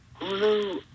Hulu